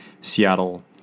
Seattle